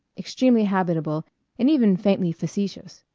extremely habitable and even faintly facetious.